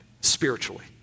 spiritually